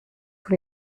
sous